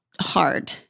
hard